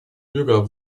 bürger